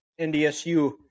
NDSU